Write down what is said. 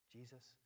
Jesus